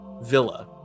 Villa